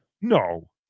No